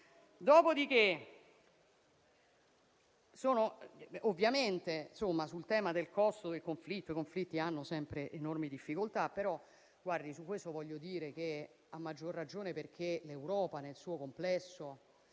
Ovviamente, quanto al tema del costo del conflitto, i conflitti hanno sempre enormi difficoltà. Su questo voglio dire che, a maggior ragione perché l'Europa, nel suo complesso,